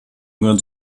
gehören